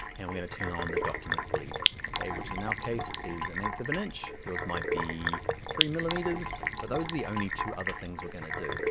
and we're gonna turn on the document bleed, okay? which in our case is an eighth of an inch, yours might be three millimeters, but those are the only two other things we're gonna do.